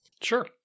Sure